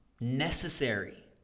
necessary